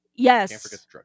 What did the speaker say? Yes